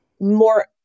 more